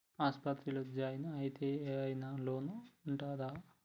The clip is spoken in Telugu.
ఆస్పత్రి లో జాయిన్ అయితే ఏం ఐనా లోన్ ఉంటదా?